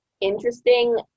interesting